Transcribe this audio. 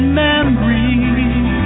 memories